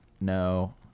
No